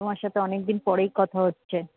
তোমার সাথে অনেক দিন পরেই কথা হচ্ছে